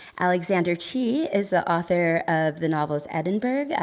alexander chee is the author of the novels edinburgh,